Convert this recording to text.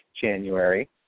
January